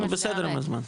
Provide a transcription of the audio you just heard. אנחנו בסדר עם הזמן.